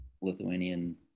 lithuanian